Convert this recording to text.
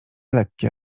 lekkie